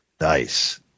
Nice